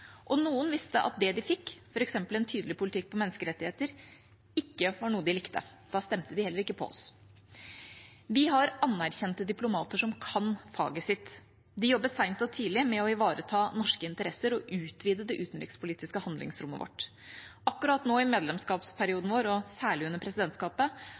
Noen visste også at det de fikk, f.eks. en tydelig politikk for menneskerettigheter, ikke var noe de likte. Da stemte de heller ikke på oss. Vi har anerkjente diplomater som kan faget sitt. De jobber sent og tidlig med å ivareta norske interesser og utvide det utenrikspolitiske handlingsrommet vårt. Akkurat nå i medlemskapsperioden vår, og særlig under presidentskapet,